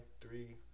Three